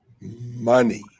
money